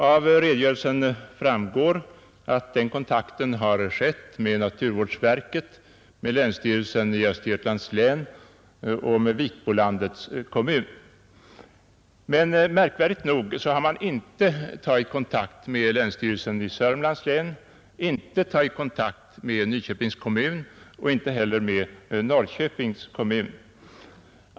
Av redogörelsen framgår att den kontakten har skett med naturvårdsverket, med länsstyrelsen i Östergötlands län och med Vikbolandets kommun. Men märkvärdigt nog har man inte tagit kontakt med länsstyrelsen i Sörmlands län, inte med Nyköpings kommun och inte heller med Norrköpings kommun.